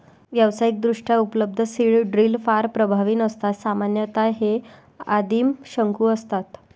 व्यावसायिकदृष्ट्या उपलब्ध seed drill फार प्रभावी नसतात सामान्यतः हे आदिम शंकू असतात